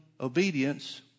obedience